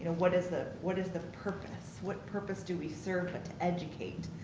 what is the what is the purpose? what purpose do we serve but to educate,